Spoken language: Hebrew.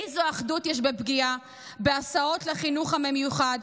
איזו אחדות יש בפגיעה בהסעות לחינוך המיוחד,